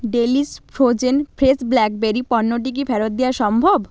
delish frozen fresh blackberry পণ্যটি কি ফেরত দেওয়া সম্ভব